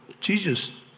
Jesus